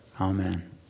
Amen